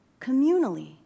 communally